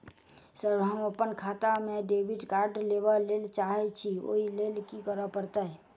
Sir हम अप्पन खाता मे डेबिट कार्ड लेबलेल चाहे छी ओई लेल की परतै?